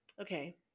Okay